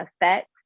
effect